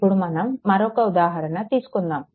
ఇప్పుడు మనం మరొక ఉదాహరణ తీసుకుందాము